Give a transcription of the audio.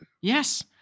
Yes